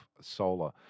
Solar